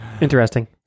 Interesting